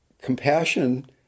Compassion